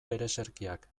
ereserkiak